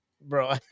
bro